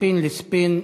מספין לספין.